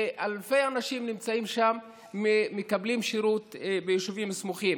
אלפי אנשים שנמצאים שם מקבלים שירות ביישובים סמוכים.